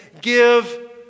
give